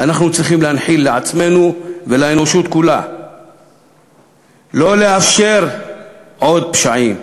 אנחנו צריכים להנחיל לעצמנו ולאנושות כולה לא לאפשר עוד פשעים.